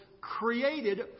created